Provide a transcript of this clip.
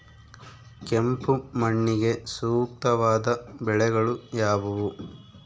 ಕೆಂಪು ಮಣ್ಣಿಗೆ ಸೂಕ್ತವಾದ ಬೆಳೆಗಳು ಯಾವುವು?